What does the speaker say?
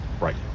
right